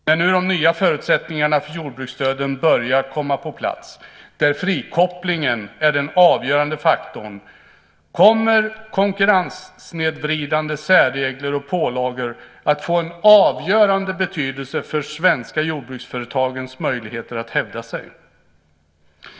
När nu de nya förutsättningarna för jordbruksstöden börjar komma på plats, där frikopplingen är den avgörande faktorn, kommer konkurrenssnedvridande särregler och pålagor att få en avgörande betydelse för de svenska jordbruksföretagens möjligheter att hävda sig.